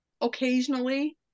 occasionally